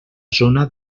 zona